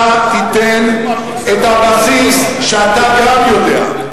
אתה תיתן את הבסיס שאתה גם יודע.